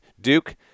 Duke